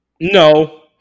No